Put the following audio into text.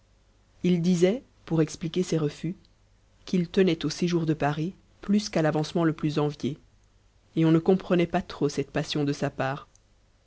il disait pour expliquer ses refus qu'il tenait au séjour de paris plus qu'à l'avancement le plus envié et on ne comprenait pas trop cette passion de sa part